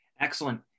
Excellent